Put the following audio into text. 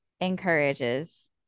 encourages